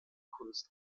kunst